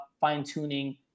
fine-tuning